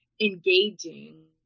engaging